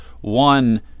One